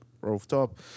rooftop